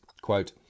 Quote